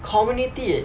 community